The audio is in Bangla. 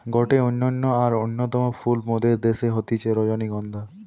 গটে অনন্য আর অন্যতম ফুল মোদের দ্যাশে হতিছে রজনীগন্ধা